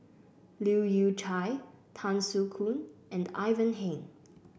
Leu Yew Chye Tan Soo Khoon and Ivan Heng